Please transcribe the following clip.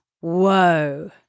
Whoa